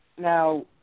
Now